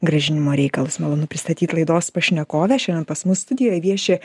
grąžinimo reikalus malonu pristatyt laidos pašnekovę šiandien pas mus studijoj vieši